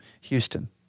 Houston